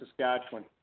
saskatchewan